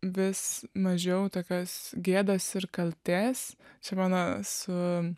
vis mažiau tokios gėdos ir kaltės čia mano su